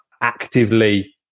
actively